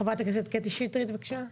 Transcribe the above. חברת הכנסת קטי שטרית, בבקשה.